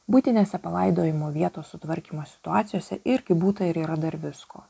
buitinėse palaidojimo vietos sutvarkymo situacijose irgi būta ir yra dar visko